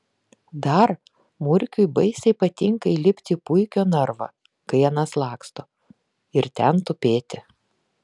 dar murkiui baisiai patinka įlipti į puikio narvą kai anas laksto ir ten tupėti